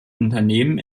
unternehmen